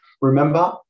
Remember